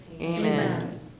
Amen